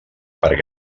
per